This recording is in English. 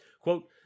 Quote